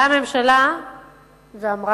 באה הממשלה ואמרה: